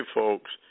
folks